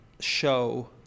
Show